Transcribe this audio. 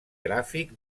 gràfic